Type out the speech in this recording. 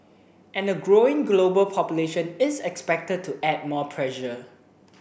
and a growing global population is expected to add more pressure